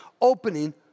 opening